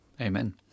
amen